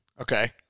Okay